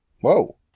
Whoa